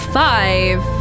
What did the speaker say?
five